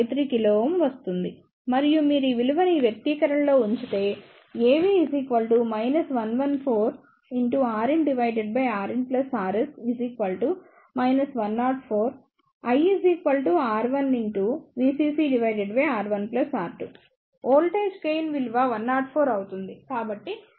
53 kΩ వస్తుంది మరియు మీరు ఈ విలువని ఈ వ్యక్తీకరణ లో ఉంచితే వోల్టేజ్ గెయిన్ విలువ 104 అవుతుంది